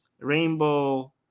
rainbow